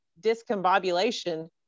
discombobulation